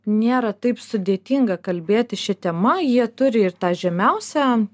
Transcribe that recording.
nėra taip sudėtinga kalbėti šia tema jie turi ir tą žemiausią